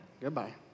Goodbye